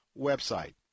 website